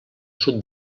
sud